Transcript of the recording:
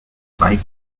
pipe